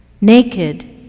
naked